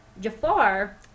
Jafar